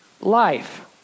life